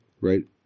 right